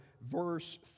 verse